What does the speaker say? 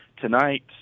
tonight